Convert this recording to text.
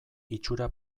itxura